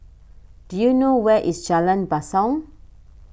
do you know where is Jalan Basong